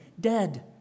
Dead